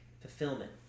fulfillment